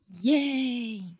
Yay